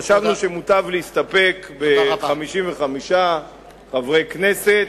חשבנו שמוטב להסתפק ב-55 חברי כנסת.